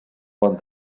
bon